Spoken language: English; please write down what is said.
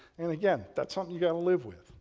and again, that's something you got to live with,